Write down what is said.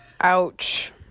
Ouch